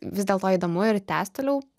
vis dėlto įdomu ir tęs toliau